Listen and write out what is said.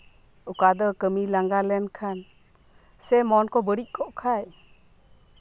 ᱚᱠᱟ ᱫᱚ ᱠᱟᱹᱢᱤ ᱞᱟᱝᱜᱟ ᱞᱮᱱᱠᱷᱟᱱ ᱢᱚᱱ ᱠᱚ ᱵᱟᱹᱲᱤᱡ ᱠᱚᱜ ᱠᱷᱟᱱ